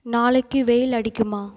நாளைக்கு வெயில் அடிக்குமா